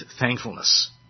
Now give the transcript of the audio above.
thankfulness